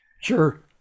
Sure